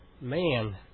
man